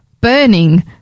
burning